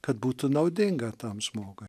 kad būtų naudinga tam žmogui